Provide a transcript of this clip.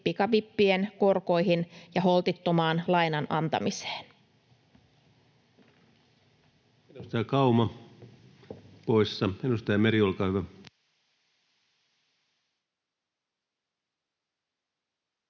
pikavippien korkoihin ja holtittomaan lainan antamiseen.